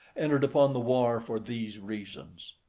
entered upon the war for these reasons.